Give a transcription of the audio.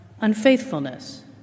unfaithfulness